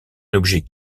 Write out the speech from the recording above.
objet